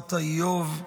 בשורת האיוב: